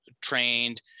trained